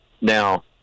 Now